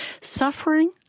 Suffering